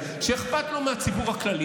תחשבו לעצמכם,